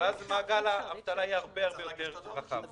ואז מעגל האבטלה יהיה הרבה-הרבה יותר רחב.